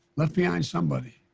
left behind somebody